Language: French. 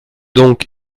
donc